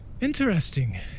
Interesting